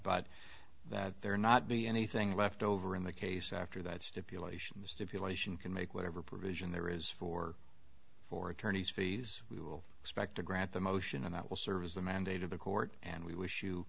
but that there not be anything left over in the case after that stipulation the stipulation can make whatever provision there is for for attorney's fees we will expect to grant the motion and that will serve as the mandate of the court and we wish you